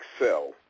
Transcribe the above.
excel